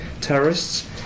terrorists